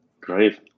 Great